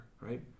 right